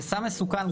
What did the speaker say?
זה סם מסוכן,